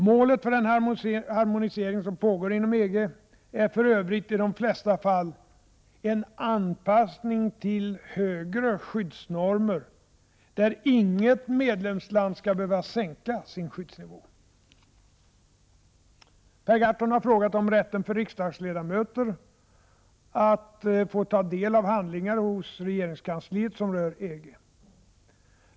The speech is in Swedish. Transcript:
Målet för den harmonisering som pågår inom EG är för övrigt i de flesta fall en anpassning till högre skyddsnormer, där inget medlemsland skall behöva sänka sin skyddsnivå. Per Gahrton har frågat om rätten för riksdagsledamöter att få ta del av handlingar hos regeringskansliet som rör EG.